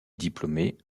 diplômée